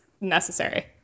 necessary